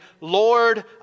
Lord